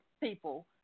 people